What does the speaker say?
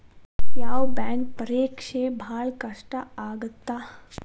ಯಾವ್ ಬ್ಯಾಂಕ್ ಪರೇಕ್ಷೆ ಭಾಳ್ ಕಷ್ಟ ಆಗತ್ತಾ?